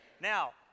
Now